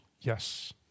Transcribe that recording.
Yes